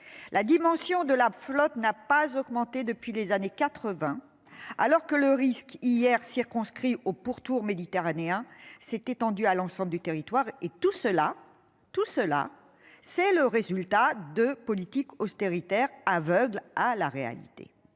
la dimension de la flotte n'a pas augmenté depuis les années 80 alors que le risque hier circonscrit au pourtour méditerranéen s'est étendue à l'ensemble du territoire et tout cela, tout cela c'est le résultat de politique austéritaire aveugle à la réalité,